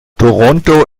toronto